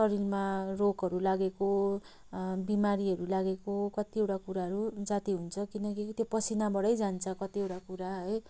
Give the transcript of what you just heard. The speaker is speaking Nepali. शरीरमा रोगहरू लागेको बिमारीहरू लागेको कतिवटा कुराहरू जाती हुन्छ किनकि त्यो पसिनाबाटै जान्छ कतिवटा कुरा है